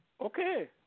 Okay